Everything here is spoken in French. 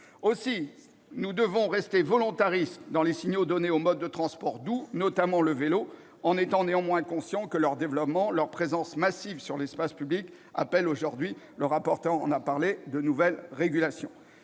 Aussi, nous devons rester volontaristes dans les signaux donnés aux modes de transport doux, notamment le vélo, en étant néanmoins conscients que leur développement et leur présence massive dans l'espace public appellent de nouvelles régulations.